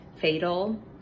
fatal